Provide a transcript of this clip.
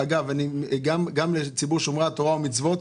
אגב, גם לציבור שומרי התורה ומצוות,